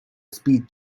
speed